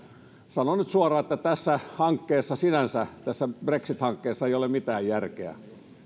se sanon nyt suoraan että tässä hankkeessa sinänsä tässä brexit hankkeessa ei ole mitään järkeä